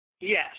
Yes